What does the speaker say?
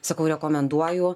sakau rekomenduoju